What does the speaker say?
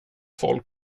folk